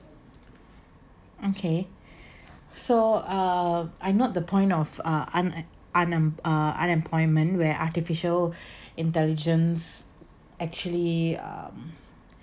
okay so um I'm not the point of uh unemp~ unemp~ unemployment where artificial intelligence actually um